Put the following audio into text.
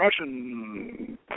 Russian